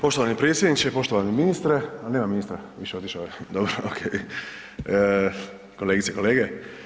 Poštovani predsjedniče, poštovani ministre, a nema ministra više, otišao je, dobro okej, kolegice i kolege.